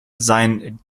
sein